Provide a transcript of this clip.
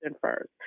first